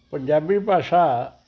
ਪੰਜਾਬੀ ਭਾਸ਼ਾ